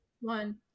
One